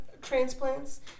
transplants